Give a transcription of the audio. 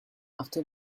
after